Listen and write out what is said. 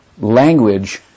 language